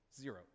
Zero